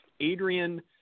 Adrian